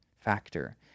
factor